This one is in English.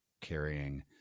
carrying